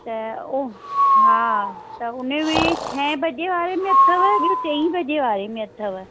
त ओ हा त उनमें छह वजे वारे में अथव ॿियो चई वजे वारे में अथव